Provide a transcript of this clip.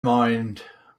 mind